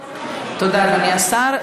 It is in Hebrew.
תודה, אדוני השר.